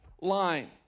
line